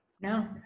No